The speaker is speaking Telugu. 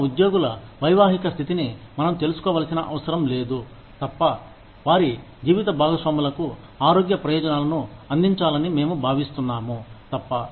మా ఉద్యోగుల వైవాహిక స్థితిని మనం తెలుసుకోవలసిన అవసరం లేదు తప్ప వారి జీవిత భాగస్వాములకు ఆరోగ్య ప్రయోజనాలను అందించాలని మేము భావిస్తున్నాము తప్ప